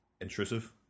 intrusive